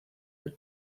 del